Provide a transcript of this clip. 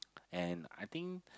and I think